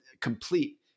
complete